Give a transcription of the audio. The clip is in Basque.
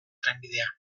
trenbidea